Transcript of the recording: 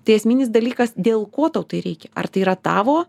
tai esminis dalykas dėl ko tau tai reikia ar tai yra tavo